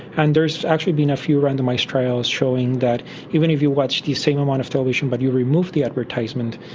and there has actually been a few randomised trials showing that even if you watch the same amount of television but you remove the advertisement,